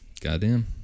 Goddamn